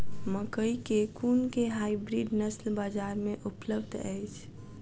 मकई केँ कुन केँ हाइब्रिड नस्ल बजार मे उपलब्ध अछि?